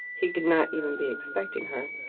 he could not even be expecting her.